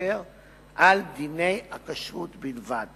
ההכשר על דיני הכשרות בלבד.